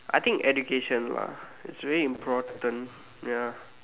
I think education lah it's really important ya